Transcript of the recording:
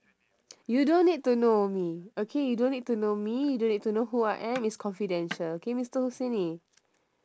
you don't need to know me okay you don't need to know me you don't need to know who I am it's confidential okay mister husaini